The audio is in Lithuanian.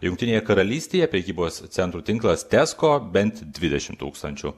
jungtinėje karalystėje prekybos centrų tinklas tesco bent dvidešimt tūkstančių